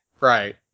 Right